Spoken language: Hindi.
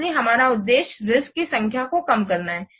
इसलिए हमारा उद्देश्य रिस्क्स की संख्या को कम करना है